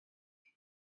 did